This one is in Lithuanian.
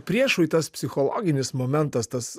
priešui tas psichologinis momentas tas